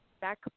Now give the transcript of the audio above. back